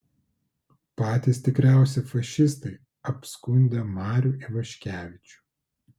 patys tikriausi fašistai apskundę marių ivaškevičių